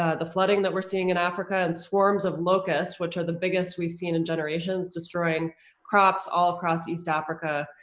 ah the flooding that we're seeing in africa and swarms of locusts which are the biggest we've seen in generations, destroying crops all across east africa,